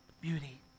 beauty